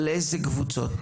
על אילו קבוצות?